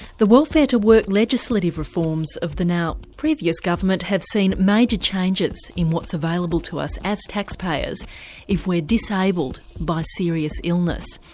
the welfare to work legislative reforms of the now previous government have seen major changes in what's available to us as taxpayers if we're disabled by serious illness.